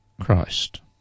Christ